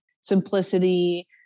simplicity